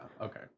okay